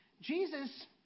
Jesus